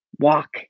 walk